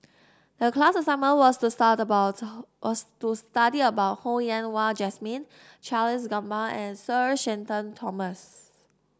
the class assignment was to stud about was to stud about Ho Yen Wah Jesmine Charles Gamba and Sir Shenton Thomas